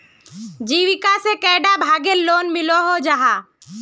जीविका से कैडा भागेर लोन मिलोहो जाहा?